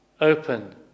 open